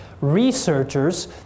researchers